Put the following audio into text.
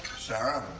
sarah?